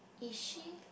is she